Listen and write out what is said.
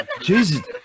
Jesus